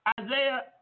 Isaiah